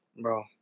bro